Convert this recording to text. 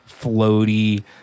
floaty